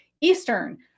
Eastern